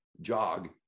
jog